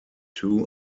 two